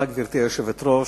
גברתי היושבת-ראש,